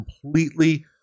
completely